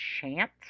chant